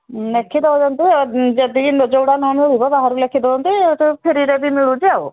ଲେଖି ଦେଉଛନ୍ତି ଯଦି ନ ଯେଉଁଗୁଡ଼ା ନ ମିଳିବ ବାହାରୁ ଲେଖି ଦେଉଛନ୍ତି ତୁ ଫ୍ରିରେ ବି ମିଳୁଛି ଆଉ